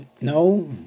no